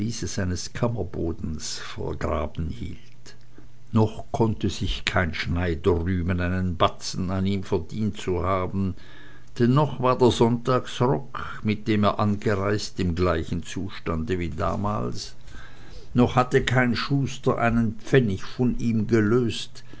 seines kammerbodens vergraben hielt noch konnte sich kein schneider rühmen einen batzen an ihm verdient zu haben denn noch war der sonntagsrock mit dem er angereist im gleichen zustande wie damals noch hatte kein schuster einen pfennig von ihm gelöst